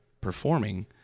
performing